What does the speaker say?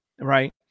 Right